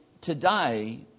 today